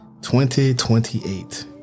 2028